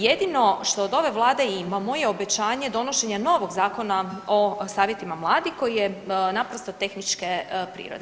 Jedino što od ove Vlade imamo je obećanje donošenja novog Zakona o savjetima mladih koji je naprosto tehničke prirode.